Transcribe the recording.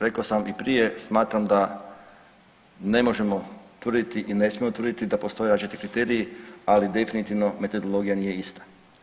Rekao sam i prije, smatram da ne možemo tvrditi i ne smijemo tvrditi da postoje različiti kriteriji, ali definitivno metodologija nije ista.